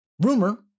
Rumor